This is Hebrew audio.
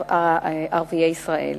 כלפי ערביי ישראל.